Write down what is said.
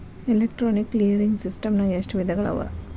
Electronic clearing ಸಿಸ್ಟಮ್ನಾಗ ಎಷ್ಟ ವಿಧಗಳವ?